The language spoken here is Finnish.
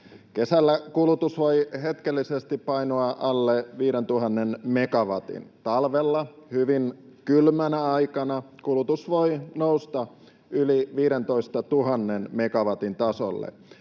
Kesällä kulutus voi hetkellisesti painua alle 5 000 megawatin, talvella hyvin kylmänä aikana kulutus voi nousta yli 15 000 megawatin tasolle.